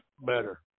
better